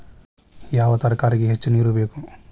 ಯಾವ ತರಕಾರಿಗೆ ಹೆಚ್ಚು ನೇರು ಬೇಕು?